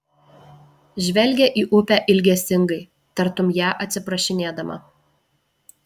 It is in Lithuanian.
žvelgia į upę ilgesingai tartum ją atsiprašinėdama